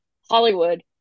Hollywood